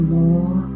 more